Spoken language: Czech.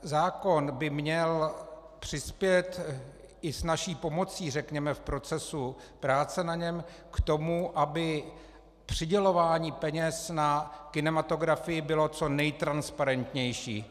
Zákon by měl přispět i s naší pomocí, řekněme, v procesu práce na něm k tomu, aby přidělování peněz na kinematografii bylo co nejtransparentnější.